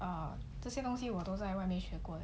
err 这些东西我都在外面学过